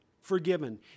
forgiven